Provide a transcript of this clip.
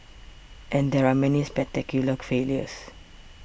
and there are many spectacular failures